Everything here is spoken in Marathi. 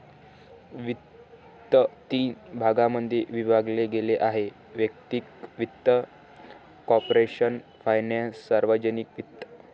वित्त तीन भागांमध्ये विभागले गेले आहेः वैयक्तिक वित्त, कॉर्पोरेशन फायनान्स, सार्वजनिक वित्त